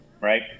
right